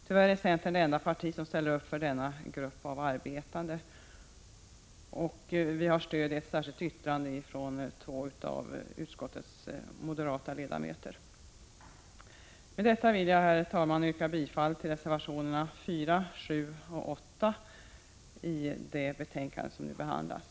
Tyvärr är centern det enda parti som ställer upp för denna grupp arbetande. Vi har dock stöd i ett särskilt yttrande från två av utskottets moderata ledamöter. Med detta vill jag, herr talman, yrka bifall till reservationerna 4, 7 och 8 i det betänkande som vi nu behandlar.